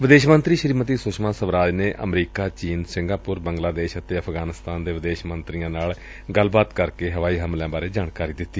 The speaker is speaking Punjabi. ਵਿਦੇਸ਼ ਮੰਤਰੀ ਸ੍ੀਮਤੀ ਸੁਸ਼ਮਾ ਸਵਰਾਜ ਨੇ ਅਮਰੀਕਾ ਚੀਨ ਸਿੰਘਾਪੁਰ ਬੰਗਲਾਦੇਸ਼ ਅਤੇ ਅਫਗਾਨਸਤਾਨ ਦੇ ਵਿਦੇਸ਼ ਮੰਤਰੀਆਂ ਨਾਲ ਗੱਲਬਾਤ ਕਰਕੇ ਹਵਾਈ ਹਮਲਿਆਂ ਬਾਰੇ ਜਾਣਕਾਰੀ ਦਿੱਤੀ